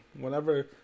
Whenever